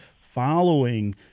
following